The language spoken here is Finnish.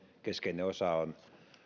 keskeinen osa on